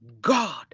God